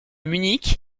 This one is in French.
munich